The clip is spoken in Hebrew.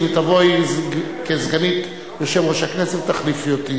אם תבואי כסגנית יושב-ראש הכנסת ותחליפי אותי.